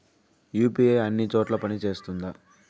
UPI అన్ని చోట్ల పని సేస్తుందా?